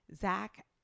Zach